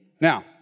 Now